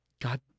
god